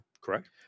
Correct